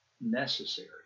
necessary